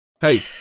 Hey